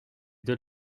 deux